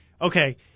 Okay